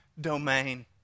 domain